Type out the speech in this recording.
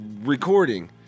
recording